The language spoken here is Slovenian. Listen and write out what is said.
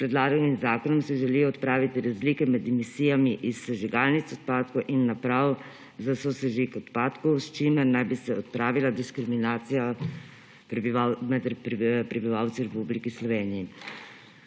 S predlaganim zakonom se želijo odpraviti razlike med emisijami iz sežigalnic odpadkov in naprav za sosežig odpadkov, s čimer naj bi se odpravila diskriminacija med prebivalci v Republiki Sloveniji.